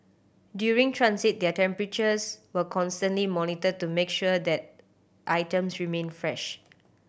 during transit their temperatures were constantly monitored to make sure that items remain fresh